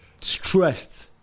stressed